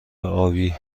آبی